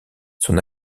son